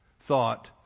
thought